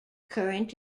current